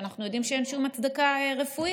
כשאנחנו יודעים שאין שום הצדקה רפואית?